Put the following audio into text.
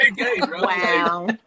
Wow